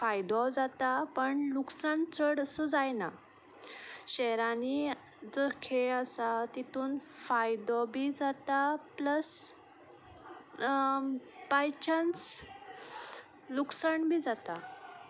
फायदो जाता पण लुकसाण चडसो जायना शहरांनी जो खेळ आसा तितून फायदो बी जाता प्लस बायचांस लुकसण बी जाता